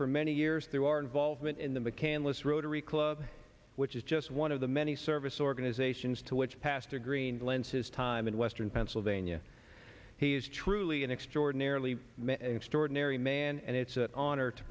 for many years through our involvement in the mccandless rotary club which is just one of the many service organizations to which pastor green blends his time in western pennsylvania he is truly an extraordinarily extraordinary man and it's an honor to